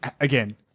again